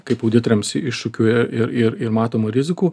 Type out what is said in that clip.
kaip auditoriams iššūkių ir ir ir ir matomų rizikų